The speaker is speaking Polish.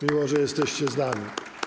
Miło, że jesteście z nami.